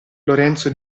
lorenzo